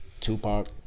Tupac